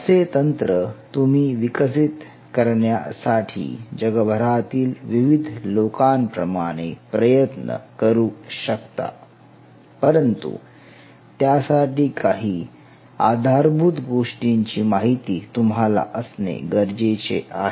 असे तंत्र तुम्ही विकसित करण्यासाठी जगभरातील विविध लोकांप्रमाणे प्रयत्न करू शकता परंतु त्यासाठी काही आधारभूत गोष्टींची माहिती तुम्हाला असणे गरजेचे आहे